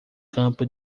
campo